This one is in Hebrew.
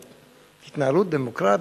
בעד התנהלות דמוקרטית,